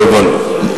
לא הבנו.